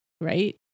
right